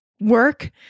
work